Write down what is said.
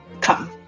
come